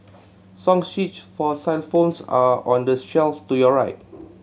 song sheets for xylophones are on the shelf to your right